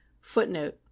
Footnote